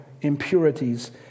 impurities